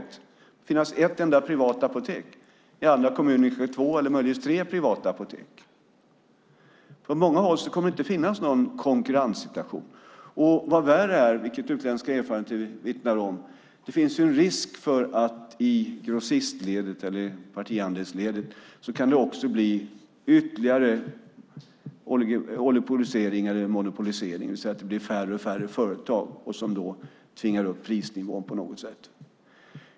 Det kommer att finnas ett enda privat apotek, i andra kanske två eller möjligtvis tre privata. I många kommuner kommer det inte att finnas någon konkurrenssituation alls. Vad värre är, vilket utländska erfarenheter vittnar om, finns det en risk för att det i grossistledet eller i partihandelsledet blir ytterligare oligopolisering eller monopolisering så att det blir färre och färre företag som sedan tvingar upp prisnivån.